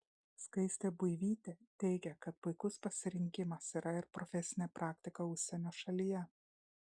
skaistė buivytė teigia kad puikus pasirinkimas yra ir profesinė praktika užsienio šalyje